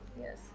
yes